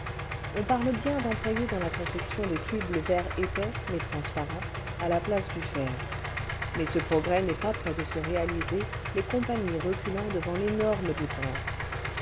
on parle bien d'employer dans la confection des tubes le verre épais mais transparent à la place du fer mais ce progrès elle fît un crochet vers tolède le vingtième siècle n'est pas près cle se réaliser les compagnies reculant devant l'énorme dépense